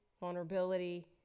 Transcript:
vulnerability